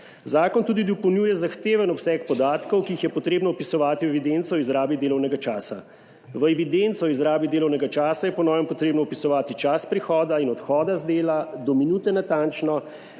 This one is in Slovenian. Zakon tudi dopolnjuje zahteven obseg podatkov, ki jih je potrebno vpisovati v evidenco o izrabi delovnega časa. V evidenco o izrabi delovnega časa je po novem potrebno vpisovati čas prihoda in odhoda z dela do minute natančno,